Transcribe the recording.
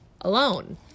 alone